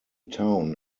town